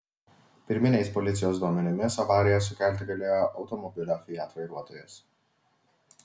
pirminiais policijos duomenimis avariją sukelti galėjo automobilio fiat vairuotojas